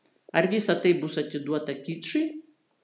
ar visa tai bus atiduota kičui